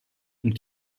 und